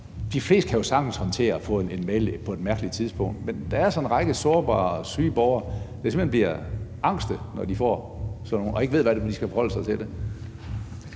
De fleste kan jo sagtens håndtere at få en mail på et mærkeligt tidspunkt, men der er altså en række sårbare og syge borgere, der simpelt hen bliver angste, når de får sådan noget og ikke ved, hvordan de skal forholde sig til det.